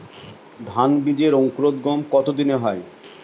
ধান বীজের অঙ্কুরোদগম কত দিনে হয়?